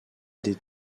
des